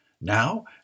Now